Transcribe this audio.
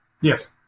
Yes